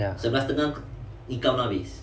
ya